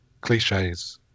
cliches